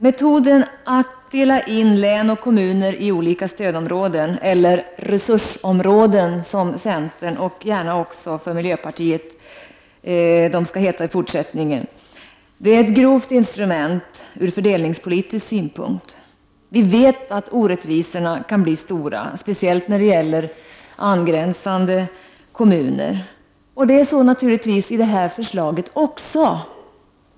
Metoden att dela in län och kommuner i olika stödområden — eller resursområden, som centern och gärna också miljöpartiet tycker att de skall heta i fortsättningen — är ett grovt instrument ur fördelningspolitisk synpunkt. Vi vet att orättvisorna kan blir stora, speciellt mellan angränsande kommuner. Så är fallet även i detta förslag.